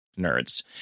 Nerds